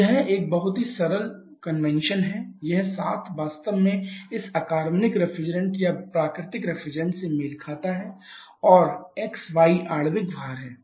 तो यह एक बहुत ही सरल सम्मेलन है यह 7 वास्तव में इस अकार्बनिक रेफ्रिजरेंट या प्राकृतिक रेफ्रिजरेंट से मेल खाता है और xy आणविक भार है